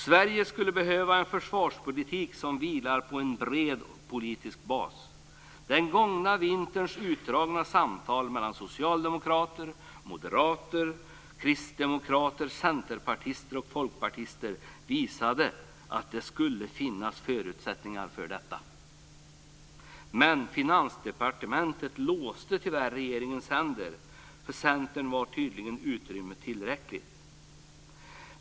Sverige skulle behöva en försvarspolitik som vilar på en bred politisk bas. Den gångna vinterns utdragna samtal mellan socialdemokrater, moderater, kristdemokrater, centerpartister och folkpartister visade att det skulle finnas förutsättningar för detta. Men Finansdepartementet låste tyvärr regeringens händer. För Centern var utrymmet tydligen tillräckligt.